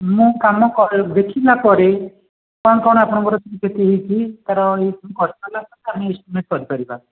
ମୁଁ କାମ କ ଦେଖିଲା ପରେ କ'ଣ କ'ଣ ଆପଣଙ୍କର କି କ୍ଷତି ହେଇଛି ତା'ର ଇଏ ସବୁ କରିସାରିଲା ପରେ ଏଷ୍ଟିମେଣ୍ଟ୍ କରିପାରିବା